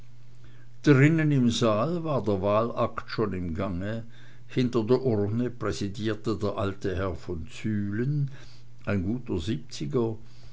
drinnen im saal war der wahlakt schon im gange hinter der urne präsidierte der alte herr von zühlen ein guter siebziger